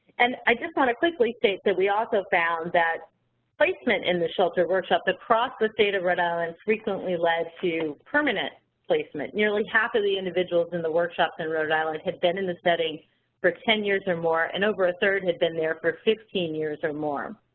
and i just want to quickly state that we also found that placement in the sheltered workshop across the state of rhode island frequently led to permanent placement. nearly half of the individuals in the workshop in rhode island had been in the setting for ten years or more, and over one-third and had been there for fifteen years or more,